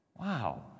Wow